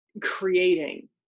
creating